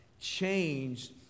changed